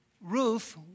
Ruth